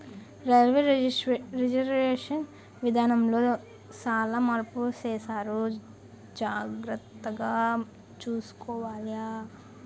railway reservation విధానములో సాలా మార్పులు సేసారు జాగర్తగ సూసుకోవాల